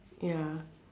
ya